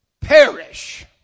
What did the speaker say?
perish